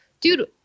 dude